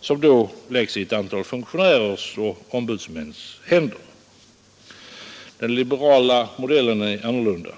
som då läggs i ett antal funktionärers och ombudsmäns händer. Den liberala modellen är annorlunda.